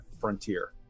Frontier